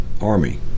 army